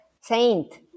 saint